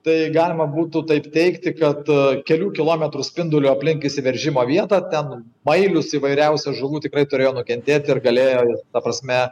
tai galima būtų taip teigti kad kelių kilometrų spinduliu aplink išsiveržimo vietą ten mailius įvairiausių žuvų tikrai turėjo nukentėt ir galėjo ta prasme